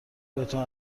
بهتون